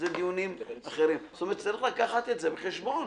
צריך לקחת את זה בחשבון.